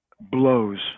blows